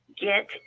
get